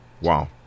Wow